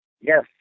Yes